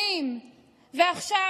שתקתקת בשבועיים, הלך, יצא מהמליאה.